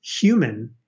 human